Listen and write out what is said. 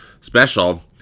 special